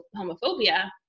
homophobia